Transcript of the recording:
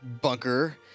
bunker